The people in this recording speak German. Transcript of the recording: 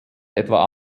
etwa